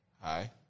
hi